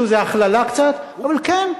שוב, זה הכללה קצת, אבל כן.